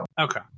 Okay